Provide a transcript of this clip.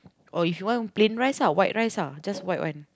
or if you want plain rice lah white rice lah just white one